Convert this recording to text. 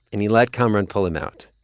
and he let kamaran pull him out.